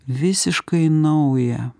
visiškai naują